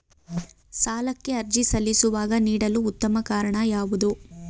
ಸಾಲಕ್ಕೆ ಅರ್ಜಿ ಸಲ್ಲಿಸುವಾಗ ನೀಡಲು ಉತ್ತಮ ಕಾರಣ ಯಾವುದು?